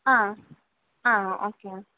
ஆ ஆ okay ma'am